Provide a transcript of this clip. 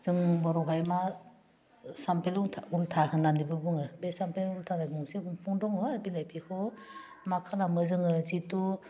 जों बर'हाय मा सामफ्रे उलथा होन्नानैबो बुङो बे सामफ्रे उलथा मोनसे बंफां दङ बिलाइ बेखौ मा खालामो जोङो जिथु